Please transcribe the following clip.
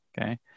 Okay